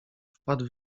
wpadł